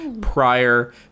prior